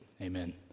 Amen